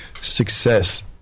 Success